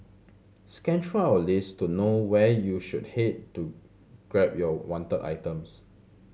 scan through our list to know where you should head to grab your wanted items